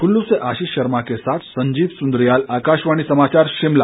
कुल्लू से आशीष शर्मा के साथ मैं संजीव सुन्द्रियाल आकाशवाणी समाचार शिमला